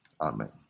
Amen